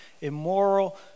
immoral